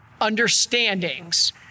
understandings